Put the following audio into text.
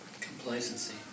Complacency